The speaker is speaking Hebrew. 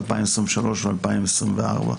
2023 ו-2024.